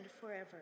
forever